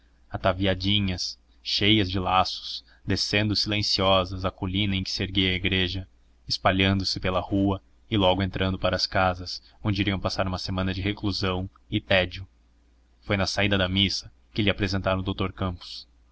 e tristes ataviadinhas cheias de laços descendo silenciosas a colina em que se erguia a igreja espalhando se pela rua e logo entrando para as casas onde iriam passar uma semana de reclusão e tédio foi na saída da missa que lhe apresentaram o doutor campos